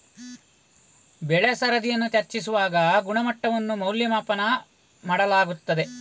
ಬೆಳೆ ಸರದಿಯನ್ನು ಚರ್ಚಿಸುವಾಗ ಗುಣಮಟ್ಟವನ್ನು ಮೌಲ್ಯಮಾಪನ ಮಾಡಲಾಗುತ್ತದೆ